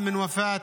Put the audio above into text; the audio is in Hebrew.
אינו נוכח.